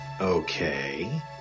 Okay